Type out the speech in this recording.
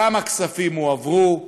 כמה כספים הועברו,